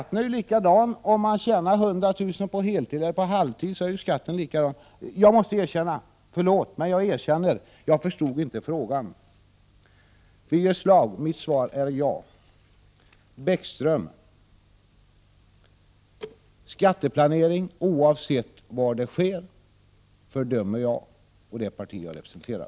Vare sig man tjänar 100 000 kr. på heltid eller på deltid är ju skatten likadan. Förlåt — men jag erkänner alltså att jag inte förstod frågan. Till Birger Schlaug vill jag säga att mitt svar är ja. Till Lars Bäckström: Skatteplanering, oavsett var den sker, fördömer jag och det parti jag representerar.